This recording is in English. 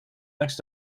next